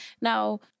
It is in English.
Now